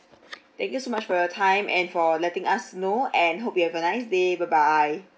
thank you so much for your time and for letting us know and hope you have a nice day bye bye